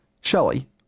Shelley